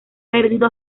perdido